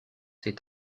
ces